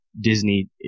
Disney